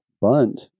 bunt